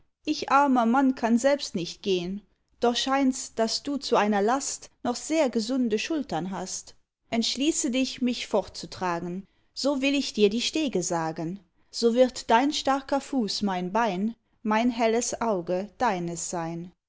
ich armer mann kann selbst nicht gehen doch scheints daß du zu einer last noch sehr gesunde schultern hast entschließe dich mich fortzutragen so will ich dir die stege sagen so wird dein starker fuß mein bein mein helles auge deines sein